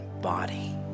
body